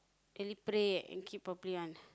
really pray and keep properly one